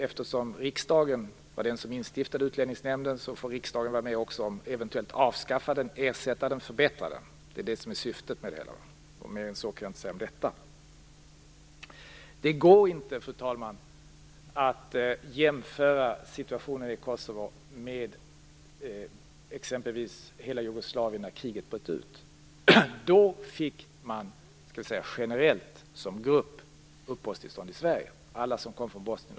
Eftersom riksdagen instiftade Utlänningsnämnden, får riksdagen också vara med om att eventuellt avskaffa den, ersätta den eller förbättra den. Det är detta som syftet med det hela. Mer än så kan jag inte säga om detta. Det går inte, fru talman, att jämföra situationen i Kosovo med exempelvis hela Jugoslavien, när kriget bröt ut där. Då fick alla som kom från Bosnien under kriget generellt som grupp uppehållstillstånd i Sverige.